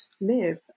live